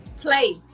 Play